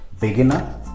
beginner